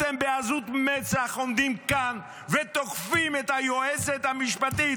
אתם בעזות מצח עומדים כאן ותוקפים את היועצת המשפטית.